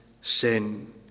sin